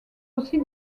aussi